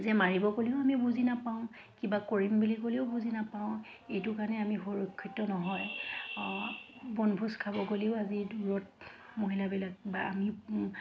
যে মাৰিব ক'লেও আমি বুজি নাপাওঁ কিবা কৰিম বুলি ক'লেও বুজি নাপাওঁ এইটো কাৰণে আমি সুৰক্ষিত নহয় বনভোজ খাব গ'লেও আজি দূৰত মহিলাবিলাক বা আমি